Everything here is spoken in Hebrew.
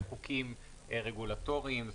חוקים רגולטוריים.